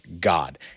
God